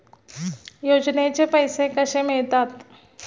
योजनेचे पैसे कसे मिळतात?